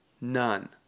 None